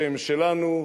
שהם שלנו,